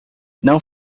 não